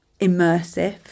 immersive